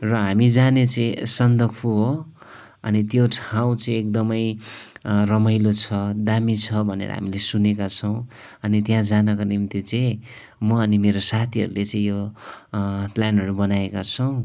र हामी जाने चाहिँ सन्दकफू हो अनि त्यो ठाउँ चाहिँ एकदमै रमाइलो छ दामी छ भनेर हामीले सुनेका छौँ अनि त्यहाँ जानको निम्ति चाहिँ म अनि मेरो साथीहरले चाहिँ यो प्लानहरू बनाएका छौँ